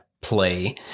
play